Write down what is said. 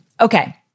Okay